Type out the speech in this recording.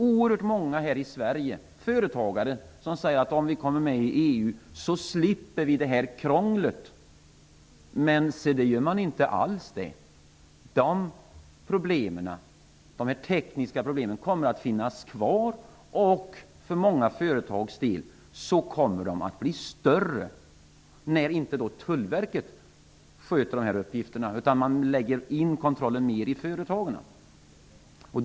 Oerhört många företagare här i Sverige säger att om vi kommer med i EU, slipper man detta krångel, men det gör man inte alls. Dessa tekniska problem kommer att finnas kvar, och för många företag kommer de att bli större när inte längre Tullverket sköter denna uppgift utan den kommer att läggas ut i företagen.